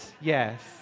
Yes